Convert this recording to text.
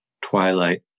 twilight